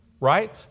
Right